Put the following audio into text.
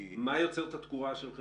מה יוצר את התקורה?